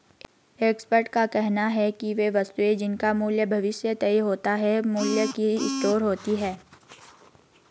expert का कहना है कि वे वस्तुएं जिनका मूल्य भविष्य में तय होता है मूल्य की स्टोर होती हैं